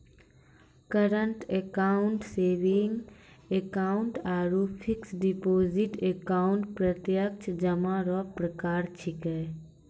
current account saving account आरु fix deposit account प्रत्यक्ष जमा रो प्रकार छिकै